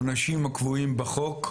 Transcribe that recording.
ציינת קודם את העונשים הקבועים בחוק,